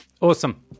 Awesome